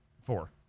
four